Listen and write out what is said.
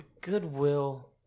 goodwill